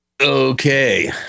Okay